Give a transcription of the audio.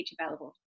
available